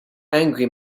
angry